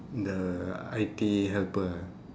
the I_T helper ah